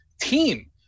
team